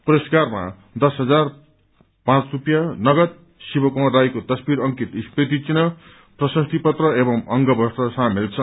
पुरस्कारमा दश हजार पाँच रूपियाँ नकाद शिव कुमार राईको तस्वीर अंकित स्मृति चिन्ह प्रशस्ति पत्र एव अंग बस्त्र शामेल छन्